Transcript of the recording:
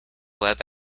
web